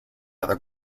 other